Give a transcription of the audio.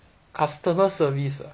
customer service ah